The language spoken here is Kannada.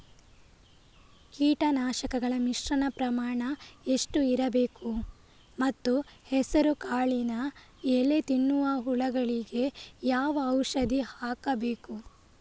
ಕೀಟನಾಶಕಗಳ ಮಿಶ್ರಣ ಪ್ರಮಾಣ ಎಷ್ಟು ಇರಬೇಕು ಮತ್ತು ಹೆಸರುಕಾಳಿನ ಎಲೆ ತಿನ್ನುವ ಹುಳಗಳಿಗೆ ಯಾವ ಔಷಧಿ ಹಾಕಬೇಕು?